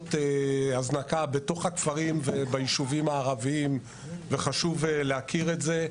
תחנות הזנקה בתוך הכפרים וביישובים הערביים וחשוב להכיר את זה.